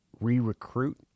re-recruit